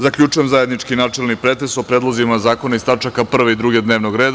Zaključujem zajednički načelni pretres o predlozima zakona iz tačaka 1. i 2. dnevnog reda.